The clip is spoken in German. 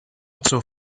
zur